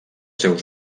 seus